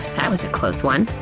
that was a close one!